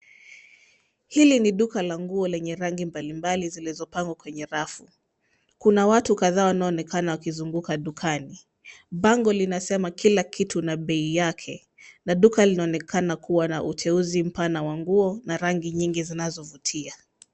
Hili ni duka la nguo lenye rangi mbalimbali zilizopangwa kwenye rafu. Kuna watu kadhaa wanaoonekana wakizunguka dukani. Bango linasema kila kitu na bei yake na duka linaonekana kuwa na uteuzi mapana wa nguo na rangi nyingi ziazovutia.